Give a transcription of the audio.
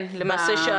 אני אשאל שתי